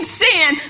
sin